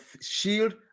shield